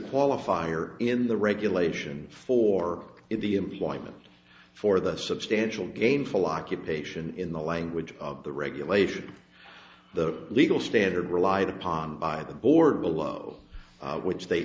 qualifier in the regulation for the employment for the substantial gainful occupation in the language of the regulation the legal standard relied upon by the board below which they